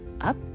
up